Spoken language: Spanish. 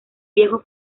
viejo